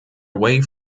away